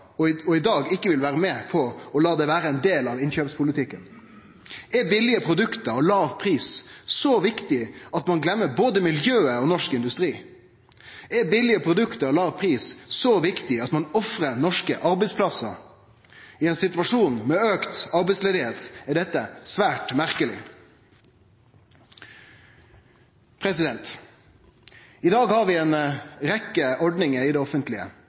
særnorske miljøkrav og i dag ikkje vil bli med på at det skal vere ein del av innkjøpspolitikken. Er billige produkt og lav pris så viktig at ein gløymer både miljøet og norsk industri? Er billige produkt og lav pris så viktig at ein ofrar norske arbeidsplassar? I ein situasjon med auka arbeidsløyse er dette svært merkeleg. I dag har vi ei rekkje ordningar i det offentlege